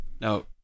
Now